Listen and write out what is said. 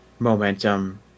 momentum